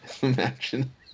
Imagine